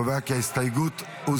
אני קובע כי ההסתייגות הוסרה.